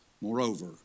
moreover